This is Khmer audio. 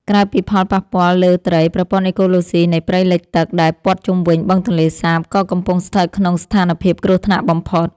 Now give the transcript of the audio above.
ក្រៅពីផលប៉ះពាល់លើត្រី ប្រព័ន្ធអេកូឡូស៊ីនៃព្រៃលិចទឹកដែលព័ទ្ធជុំវិញបឹងទន្លេសាប ក៏កំពុងស្ថិតក្នុងស្ថានភាពគ្រោះថ្នាក់បំផុត។